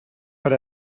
per